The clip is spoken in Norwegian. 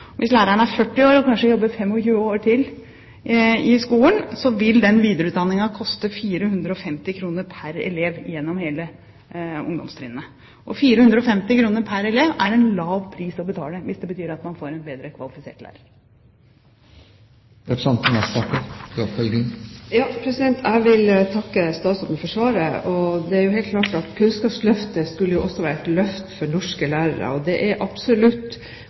Hvis læreren er 40 år og kanskje jobber i 25 år til i skolen, vil den videreutdanningen koste 450 kr pr. elev gjennom hele ungdomstrinnet. 450 kr pr. elev er en lav pris å betale hvis det betyr at man får en bedre kvalifisert lærer. Jeg vil takke statsråden for svaret. Kunnskapsløftet skulle jo også være et løft for norske lærere. Det er absolutt